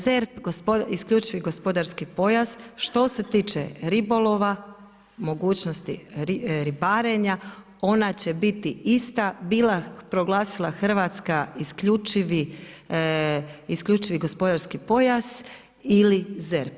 ZERP, isključivi gospodarski pojas, što se tiče ribolova, mogućnosti ribarenja, ona će biti ista, proglasila Hrvatska isključivi gospodarski pojas ili ZERP.